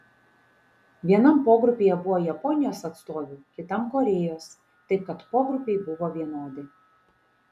vienam pogrupyje buvo japonijos atstovių kitam korėjos taip kad pogrupiai buvo vienodi